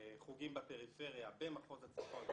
חוגים בפריפריה במחוז הצפון,